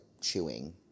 chewing